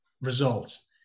results